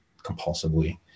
compulsively